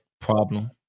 problem